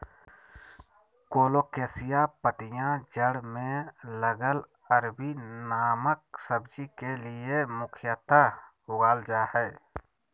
colocasia पत्तियां जड़ में लगल अरबी नामक सब्जी के लिए मुख्यतः उगाल जा हइ